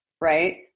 right